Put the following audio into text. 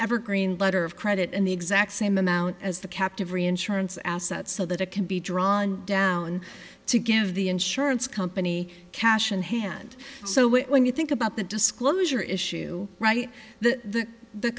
evergreen letter of credit and the exact same amount as the captive reinsurance assets so that it can be drawn down to give the insurance company cash in hand so when you think about the disclosure issue right the the